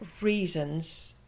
reasons